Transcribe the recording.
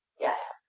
Yes